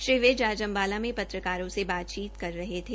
श्री विज आज अंबाला में पत्रकारों से बातचीत कर रहे थे